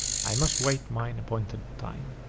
i must wait mine appointed time.